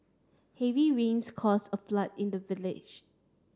heavy rains cause a flood in the village